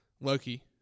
Loki